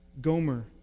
Gomer